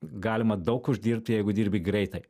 galima daug uždirbt jeigu dirbi greitai